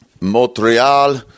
Montreal